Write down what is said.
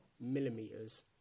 millimeters